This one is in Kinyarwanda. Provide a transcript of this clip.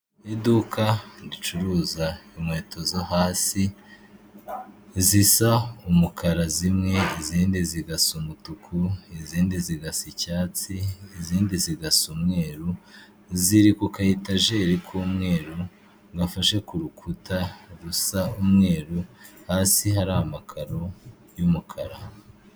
Mu iduka ricuruza inkweto zo hasi zisa umukara zimwe, izindi zigasa umutuku, izindi zigasa icyatsi, izindi, zigasa umweru ku kaetajeri k'umweru ngo afashe ku rukuta rusa umweru, hasi hari amakaro y'umukara.